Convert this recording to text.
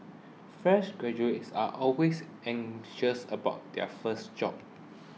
fresh graduates are always anxious about their first job